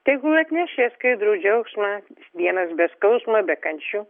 tegul atneš jos skaidrų džiaugsmą dienas be skausmo be kančių